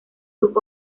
sus